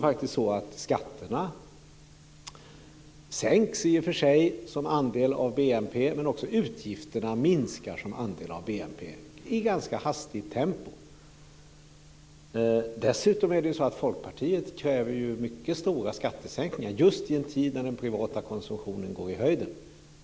Skatternas andel av BNP minskar i och för sig, men också utgifternas andel av BNP minskar i ganska hastigt tempo. Dessutom kräver ju Folkpartiet mycket stora skattesänkningar just i en tid då den privata konsumtionen går i höjden.